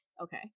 Okay